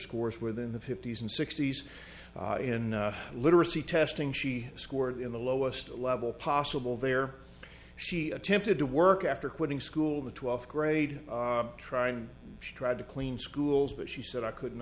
scores within the fifty's and sixty's in literacy testing she scored in the lowest level possible there she attempted to work after quitting school the twelfth grade try and she tried to clean schools but she said i couldn't